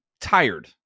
tired